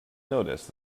noticed